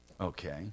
Okay